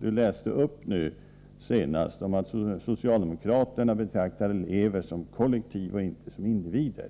Birgitta Rydle senast läste upp, när hon påstod att socialdemokraterna betraktade eleverna som kollektiv och inte som individer.